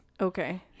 Okay